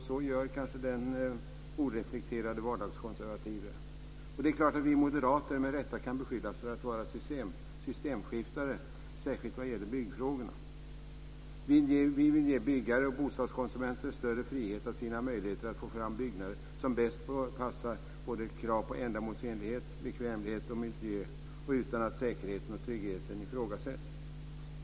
Så gör kanske den oreflekterat vardagskonservative. Det är klart att vi moderater med rätta kan beskyllas för att vara systemskiftare, särskilt vad gäller byggfrågorna. Vi vill ge byggare och bostadskonsumenter större frihet att finna möjligheter att få fram de byggnader som bäst passar krav på ändamålsenlighet, bekvämlighet och miljö utan att säkerheten och tryggheten ifrågasätts.